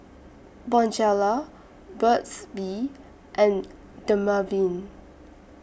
Bonjela Burt's Bee and Dermaveen